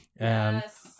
Yes